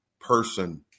person